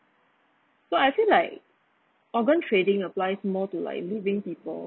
so I feel like organ trading applies more to like living people